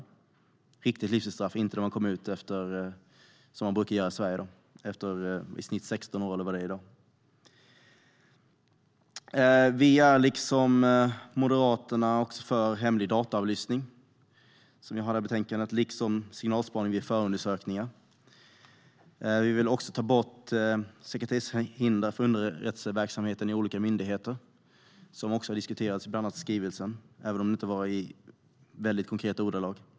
Det ska alltså vara riktiga livstidsstraff, inte sådana där man kommer ut efter i snitt 16 år, eller vad det är, som man brukar göra i Sverige i dag. Vi är liksom Moderaterna för hemlig dataavlyssning, som finns med i betänkandet, liksom signalspaning vid förundersökningar. Vi vill ta bort sekretesshinder för underrättelseverksamheten i olika myndigheter, vilket också har diskuterats bland annat i skrivelsen, även om det inte var i så väldigt konkreta ordalag.